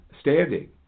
standing